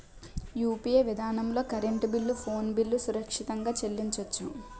UPI విధానంలో current bill phone bill సురక్షితంగా చెల్లించొచ్చు